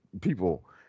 people